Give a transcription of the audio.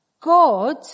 God